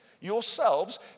yourselves